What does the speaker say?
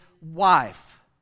wife